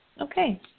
okay